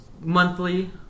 monthly